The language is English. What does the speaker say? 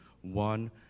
one